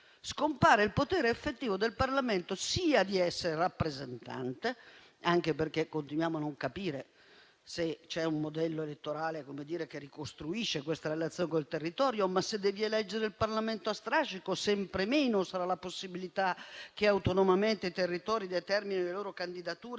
Scompare il potere effettivo del Parlamento di essere rappresentante, anche perché continuiamo a non capire se c'è un modello elettorale che ricostruisce questa relazione con il territorio - ma, se devi eleggere il Parlamento a strascico, sempre meno sarà la possibilità che autonomamente i territori determinino le loro candidature e sempre